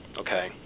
okay